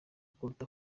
kuruta